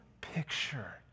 picture